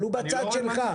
אבל הוא בצד שלך.